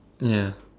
ya